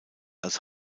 als